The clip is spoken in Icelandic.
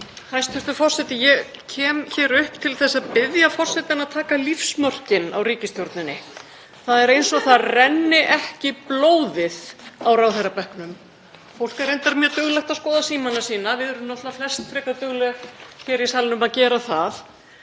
Hæstv. forseti. Ég kem hér upp til að biðja forseta að taka lífsmörkin á ríkisstjórninni. Það er eins og það renni ekki blóðið á ráðherrabekknum. Fólk er reyndar mjög duglegt að skoða símana sína. Við erum náttúrlega flest frekar dugleg hér í salnum að gera það.